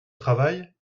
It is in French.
travail